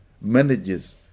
manages